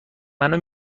منو